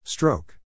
Stroke